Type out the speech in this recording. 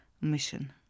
mission